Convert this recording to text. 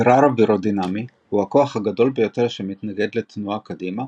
גרר אווירודינמי הוא הכוח הגדול ביותר שמתנגד לתנועה קדימה